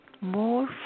more